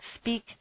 speak